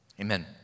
Amen